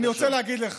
אני רוצה להגיד לך,